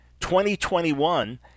2021